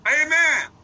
Amen